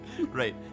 Right